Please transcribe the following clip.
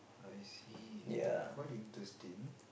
I see uh quite interesting